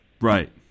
Right